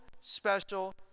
special